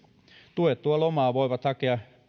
tuettua lomaa voivat hakea